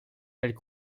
elles